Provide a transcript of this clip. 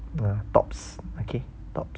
tops okay tops